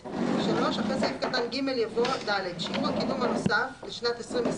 (ב)״; אחרי סעיף קטן (ג) יבוא: ״(ד) שיעור הקידום הנוסף לשנת 2020